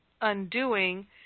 undoing